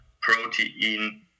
protein